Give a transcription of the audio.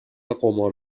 قمار